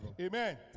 Amen